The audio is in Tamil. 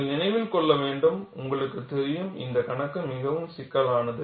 நீங்கள் நினைவில் கொள்ள வேண்டும் உங்களுக்கு தெரியும் இந்த கணக்கு மிகவும் சிக்கலானது